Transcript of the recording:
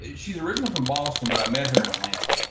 ah she's originally from boston, but i met her in atlanta.